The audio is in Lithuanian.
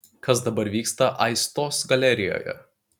kas dabar vyksta aistos galerijoje